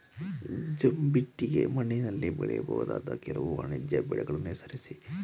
ಜಂಬಿಟ್ಟಿಗೆ ಮಣ್ಣಿನಲ್ಲಿ ಬೆಳೆಯಬಹುದಾದ ಕೆಲವು ವಾಣಿಜ್ಯ ಬೆಳೆಗಳನ್ನು ಹೆಸರಿಸಿ?